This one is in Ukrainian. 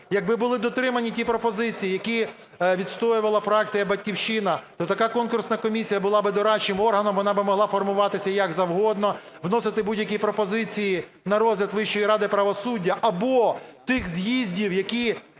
Якби були дотримані ті пропозиції, які відстоювала фракція "Батьківщина", то така конкурсна комісія була б дорадчим органом, вона могла б формуватися як завгодно, вносити будь-які пропозиції на розгляд Вищої ради правосуддя або тих з'їздів, які